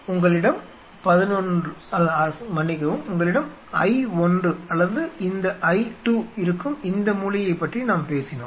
உங்களிடம் I1 அல்லது இந்த I2 இருக்கும் இந்த மூலையைப் பற்றி நாம் பேசினோம்